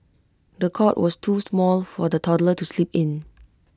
the cot was too small for the toddler to sleep in